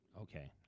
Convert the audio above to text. Okay